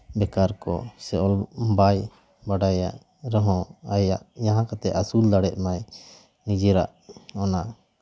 ᱵᱮᱠᱟᱨ ᱠᱚ ᱥᱮ ᱚᱞ ᱵᱟᱭ ᱵᱟᱰᱟᱭᱟ ᱨᱮᱦᱚᱸ ᱟᱭᱟᱜ ᱡᱟᱦᱟᱸ ᱠᱟᱛᱮᱜ ᱟᱹᱥᱩᱞ ᱫᱟᱲᱮᱜ ᱢᱟᱭ ᱱᱤᱡᱮᱨᱟᱜ ᱚᱱᱟ